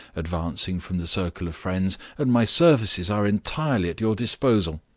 advancing from the circle of friends, and my services are entirely at your disposal.